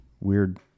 weird